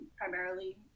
primarily